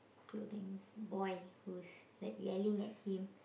clothings boy who's like yelling at him